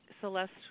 Celeste